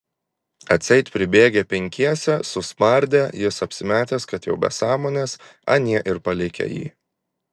atseit pribėgę penkiese suspardę jis apsimetęs kad jau be sąmonės anie ir palikę jį